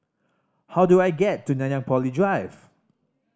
how do I get to Nanyang Poly Drive